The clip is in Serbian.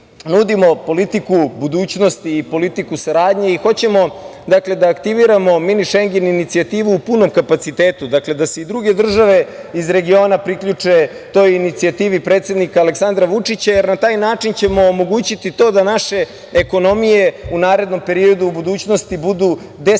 nudimo politiku budućnosti i politiku saradnje i hoćemo da aktiviramo Mini Šengen inicijativu u punom kapacitetu, dakle da se i druge države iz regiona priključe toj inicijativi predsednika Aleksandra Vučića. Na taj način ćemo omogućiti to da naše ekonomije u narednom periodu, u budućnosti budu 10